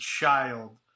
child